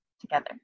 together